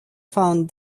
found